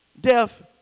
death